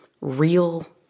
real